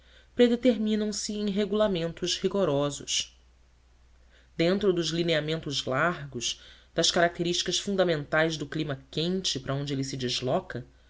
vestir predeterminam se em regulamentos rigorosos dentro dos lineamentos largos das características fundamentais do clima quente para onde ele se desloca